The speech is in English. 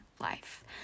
life